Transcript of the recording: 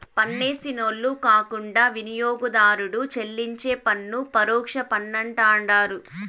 పన్నేసినోళ్లు కాకుండా వినియోగదారుడు చెల్లించే పన్ను పరోక్ష పన్నంటండారు